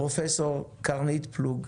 פרופ' קרנית פלוג.